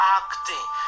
acting